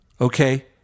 Okay